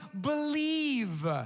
believe